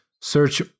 search